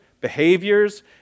behaviors